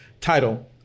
title